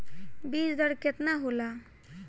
बीज दर केतना होला?